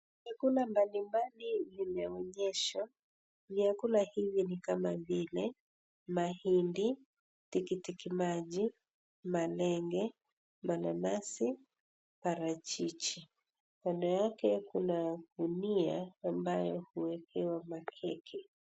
Vyakula mbali mbali vimeonyshwa, vyakula hivi ni kama vile, mahindi, tikitiki maji, malenge, mananasi, parachichi. Kando yake kuna gunia ambayo huekewa makeke.